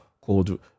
called